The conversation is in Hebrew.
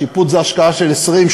שיפוץ זה השקעה של 20,000,